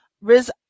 Riz